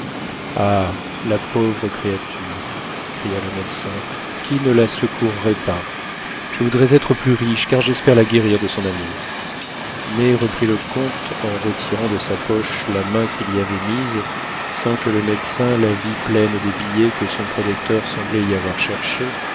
ah la pauvre créature s'écria le médecin qui ne la secourrait pas je voudrais être plus riche car j'espère la guérir de son amour mais reprit le comte en retirant de sa poche la main qu'il y avait mise sans que le médecin la vît pleine des billets que son protecteur semblait y avoir cherchés